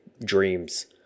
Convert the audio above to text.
dreams